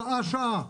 שעה-שעה.